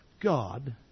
God